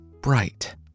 bright